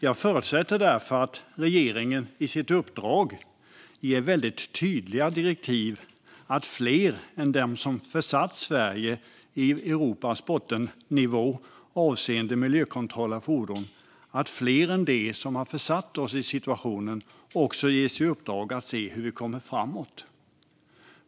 Jag förutsätter därför att regeringen i sitt uppdrag ger väldigt tydliga direktiv om att fler än de som har placerat Sverige på Europas bottennivå avseende miljökontroll av fordon ges i uppdrag att se hur vi kommer framåt.